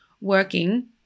working